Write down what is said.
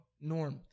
norm